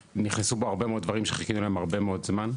נכנסו בו הרבה מאוד דברים שחיכינו להם הרבה מאוד זמן.